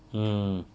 mm